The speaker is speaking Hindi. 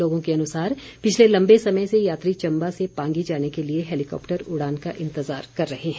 लोगों के अनुसार पिछले लम्बे समय से यात्री चम्बा से पांगी जाने के लिए हैलीकॉप्टर उड़ान का इंतज़ार कर रहे हैं